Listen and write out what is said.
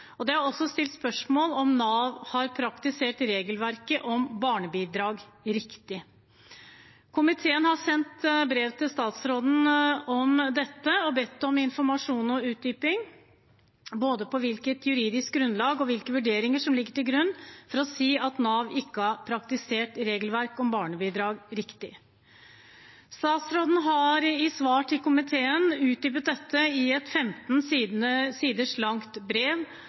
og det er også stilt spørsmål om Nav har praktisert regelverket om barnebidrag riktig. Komiteen har sendt brev til statsråden om dette og bedt om informasjon og utdyping, både på hvilket juridisk grunnlag og hvilke vurderinger som ligger til grunn for å si at Nav ikke har praktisert regelverket om barnebidrag riktig. Statsråden har i svar til komiteen utdypet dette, i et 15 siders langt brev,